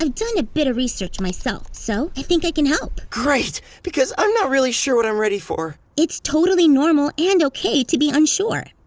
um done a bit of research myself, so i think i can help. great, because i'm not really sure what i'm ready for. it's totally normal and okay to be unsure.